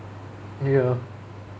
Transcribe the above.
ya